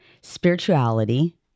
spirituality